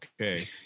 okay